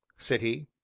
said he.